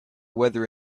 weather